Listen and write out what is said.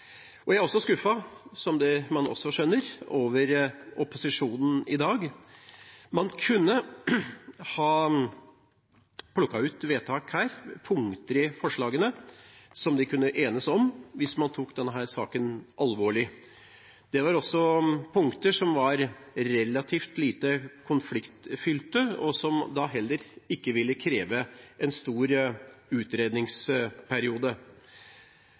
Oslofjorden. Jeg er også skuffet, som man også skjønner, over opposisjonen i dag. Man kunne ha plukket ut vedtak her – punkter i forslagene – som vi kunne enes om hvis man tok denne saken alvorlig, punkter som var relativt lite konfliktfylte, og som heller ikke ville kreve en stor utredningsperiode.